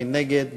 מי נגד?